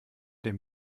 dem